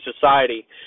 society